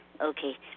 Okay